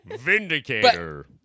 Vindicator